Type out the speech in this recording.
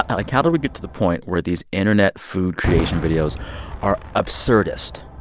ah like, how did we get to the point where these internet food-creation videos are absurdist?